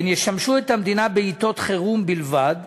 הן ישמשו את המדינה בעתות חירום בלבד,